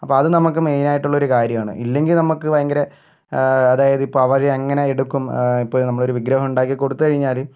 അപ്പം അത് നമുക്ക് മെയിൻ ആയിട്ടുള്ള ഒരു കാര്യമാണ് ഇല്ലെങ്കിൽ നമുക്ക് ഭയങ്കര അതായത് ഇപ്പം അവര് എങ്ങനെ എടുക്കും ഇപ്പോൾ നമ്മൾ ഒരു വിഗ്രഹം ഉണ്ടാക്കിക്കൊടുത്തു കഴിഞ്ഞാല്